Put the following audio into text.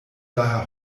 daher